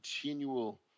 continual